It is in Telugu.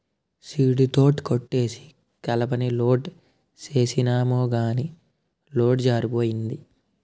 సీడీతోట కొట్టేసి కలపని లోడ్ సేసినాము గాని లోడు ఒరిగిపోయింది